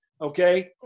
okay